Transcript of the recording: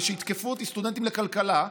ויתקפו אותי סטודנטים לכלכלה,